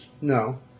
no